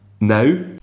now